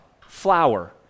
Flower